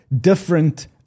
different